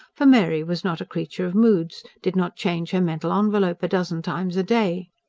for mary was not a creature of moods, did not change her mental envelope a dozen times a day.